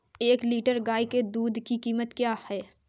एक लीटर गाय के दूध की कीमत क्या है?